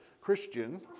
Christian